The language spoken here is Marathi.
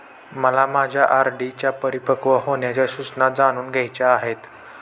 मला माझ्या आर.डी च्या परिपक्व होण्याच्या सूचना जाणून घ्यायच्या आहेत